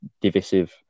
divisive